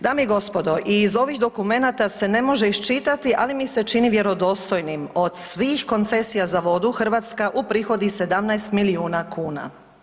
Dame i gospodo, iz ovih dokumenata se ne može iščitati, ali mi se čini vjerodostojnim, od svih koncesija za vodu, Hrvatska uprihodi 17 milijuna kuna.